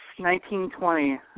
1920